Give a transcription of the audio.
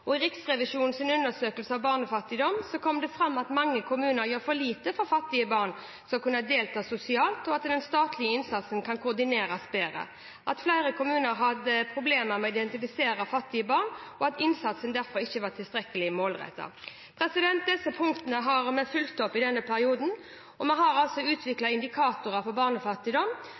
i kommunene. I Riksrevisjonens undersøkelse om barnefattigdom kom det fram at mange kommuner gjør for lite for at fattige barn skulle kunne delta sosialt, at den statlige innsatsen kan koordineres bedre, samt at flere kommuner har problemer med å identifisere fattige barn, og at innsatsen derfor ikke er tilstrekkelig målrettet. Disse punktene har vi fulgt opp i denne perioden, og vi har altså utviklet indikatorer for barnefattigdom